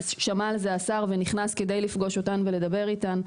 שמע על זה השר ונכנס כדי לפגוש אותן ולדבר איתן.